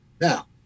Now